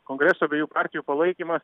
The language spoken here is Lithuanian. kongreso abiejų partijų palaikymas